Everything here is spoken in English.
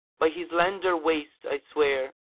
by his slender waist i swear,